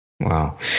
Wow